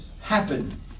happen